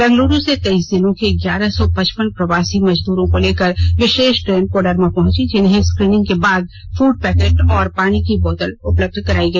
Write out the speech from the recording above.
बेंगलुरु से तेइस जिलों को ग्यारह सौ पचपन प्रवासी मजदूरों को लेकर विषेष ट्रेन कोडरमा पहुँची जिन्हें स्क्रीनिंग के बाद फूड पैकेट और पानी की बोतल उपलब्ध कराया गया